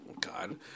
God